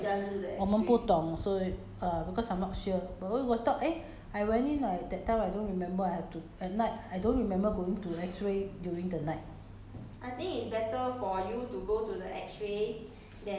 mm okay ya maybe 是我们不会我们不懂所以 err because I'm not sure but 我以为我 thought eh I went in like that time I don't remember I have to at night I don't remember going to X-ray during the night